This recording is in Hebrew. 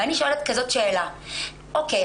ואני שואלת כזאת שאלה: אוקיי,